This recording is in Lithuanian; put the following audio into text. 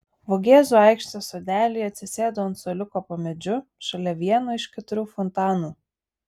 vogėzų aikštės sodelyje atsisėdu ant suoliuko po medžiu šalia vieno iš keturių fontanų